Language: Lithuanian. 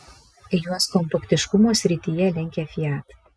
juos kompaktiškumo srityje lenkia fiat